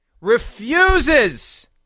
refuses